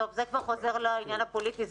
זה כבר חוזר לעניין הפוליטי,